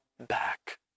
back